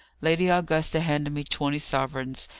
lady augusta handed me twenty sovereigns,